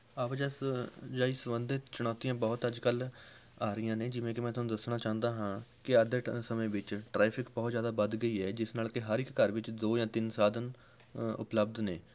ਆਵਾਜਸ ਜਾਈ ਸਬੰਧਿਤ ਚੁਣੌਤੀਆਂ ਬਹੁਤ ਅੱਜ ਕੱਲ੍ਹ ਆ ਰਹੀਆਂ ਨੇ ਜਿਵੇਂ ਕਿ ਮੈਂ ਤੁਹਾਨੂੰ ਦੱਸਣਾ ਚਾਹੁੰਦਾ ਹਾਂ ਕਿ ਅੱਜ ਦੇ ਟ ਸਮੇਂ ਵਿੱਚ ਟਰੈਫਿਰ ਬਹੁਤ ਜ਼ਿਆਦਾ ਵੱਧ ਗਈ ਹੈ ਜਿਸ ਨਾਲ ਕਿ ਹਰ ਇੱਕ ਘਰ ਵਿੱਚ ਦੋ ਜਾਂ ਤਿੰਨ ਸਾਧਨ ਉਪਲਬਧ ਨੇ